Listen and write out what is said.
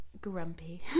Grumpy